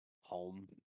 home